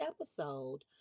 episode